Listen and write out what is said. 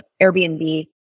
Airbnb